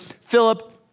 Philip